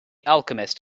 alchemist